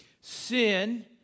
Sin